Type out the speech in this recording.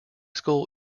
school